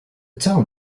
town